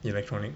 electronic